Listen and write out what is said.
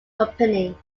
company